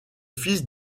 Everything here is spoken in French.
fils